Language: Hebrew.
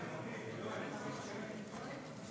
כבוד היושב-ראש, כנסת נכבדה, אני